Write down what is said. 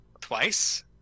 twice